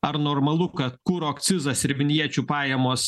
ar normalu kad kuro akcizas ir vinječių pajamos